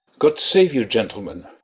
god save you, gentlemen!